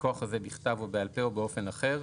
מכוח חוזה בכתב או בעל פה או באופן אחר,